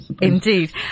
indeed